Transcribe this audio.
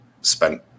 spent